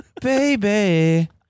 Baby